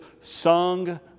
sung